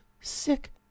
sick